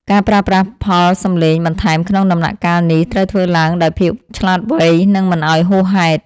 ការប្រើប្រាស់ផលសំឡេងបន្ថែមក្នុងដំណាក់កាលនេះត្រូវធ្វើឡើងដោយភាពឆ្លាតវៃ និង មិនឱ្យហួសហេតុ។